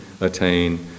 attain